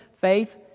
Faith